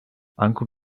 uncle